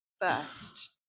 first